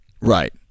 Right